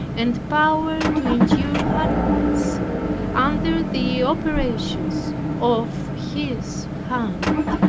and power to endure hardness under the operations of his hand.